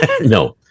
No